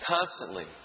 Constantly